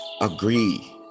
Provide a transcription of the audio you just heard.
agree